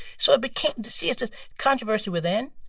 so it became and see, it's a controversy within,